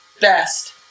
best